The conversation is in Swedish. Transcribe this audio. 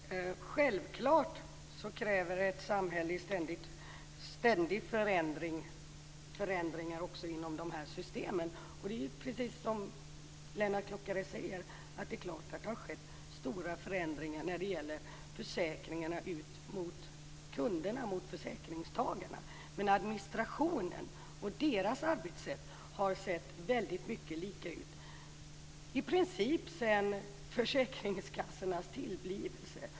Herr talman! Självklart kräver ett samhälle i ständig förändring förändringar också inom de här systemen, och det är precis som Lennart Klockare säger: Det är klart att det har skett stora förändringar när det gäller försäkringarna ut mot kunderna, försäkringstagarna. Men administrationen och dess arbetssätt har sett väldigt lika ut i princip sedan försäkringskassornas tillblivelse.